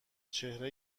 چهره